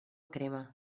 crema